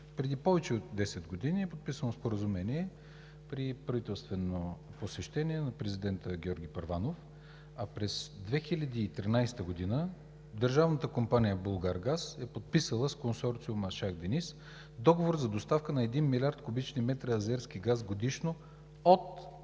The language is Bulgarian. Преди повече от 10 години е подписано споразумение при правителствено посещение на президента Георги Първанов, а през 2013 г. държавната компания „Булгаргаз“ е подписала с консорциум „Шах Дениз“ договор за доставка на 1 млрд. куб. м азерски газ годишно от